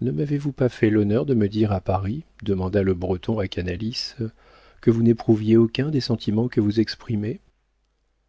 ne m'avez-vous pas fait l'honneur de me dire à paris demanda le breton à canalis que vous n'éprouviez aucun des sentiments que vous exprimez